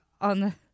on